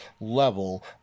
level